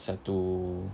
satu